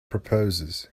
proposes